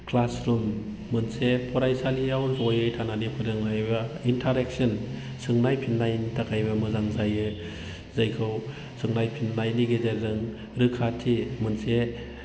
classroom मोनसे फरायसालियाव जयै थानानै फोरोंनाय एबा इन्थारेक्स'न सोंनाय फिननायनि थाखायबो मोजां जायो जायखौ जों नायफिननायनि गेजेरजों रोखाथि मोनसे